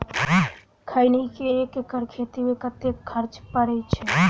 खैनी केँ एक एकड़ खेती मे कतेक खर्च परै छैय?